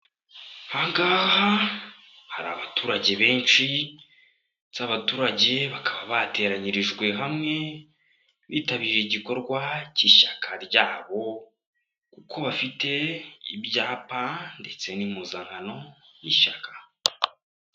Aha ngaha hari abaturage benshi ndetse aba abaturage bakaba bateranyirijwe hamwe, bitabiriye igikorwa cy'ishyaka ryabo kuko bafite ibyapa ndetse n'impuzankano y'ishyaka.